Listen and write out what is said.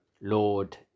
Lord